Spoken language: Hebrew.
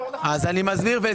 אני מסביר.